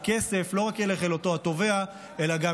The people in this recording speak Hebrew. והכסף לא רק ילך אל אותו התובע אלא גם